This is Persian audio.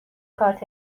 کارت